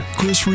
Chris